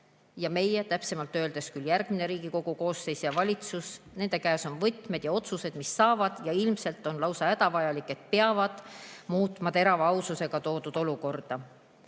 Ja meie, täpsemalt öeldes küll järgmise Riigikogu koosseisu ja valitsuse käes on võtmed ja otsused, mis saavad muuta ja ilmselt on lausa hädavajalik, et peavad muutma terava aususega toodud